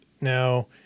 now